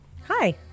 Hi